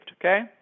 okay